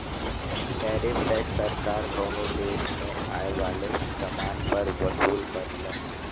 tariff tax सरकार कउनो देश में आये वाले समान पर वसूल करला